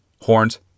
horns